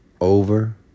over